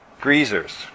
Greasers